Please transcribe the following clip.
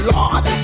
Lord